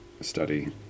study